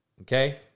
okay